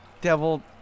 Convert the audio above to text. devil